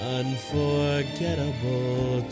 unforgettable